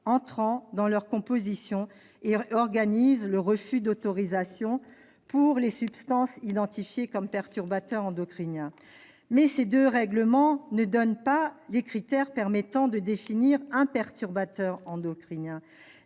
entrant dans leur composition et organisent le refus d'autorisation pour les substances identifiées comme perturbateurs endocriniens. Néanmoins, ces deux règlements ne donnent pas de critères permettant de définir un perturbateur endocrinien.